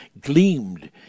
gleamed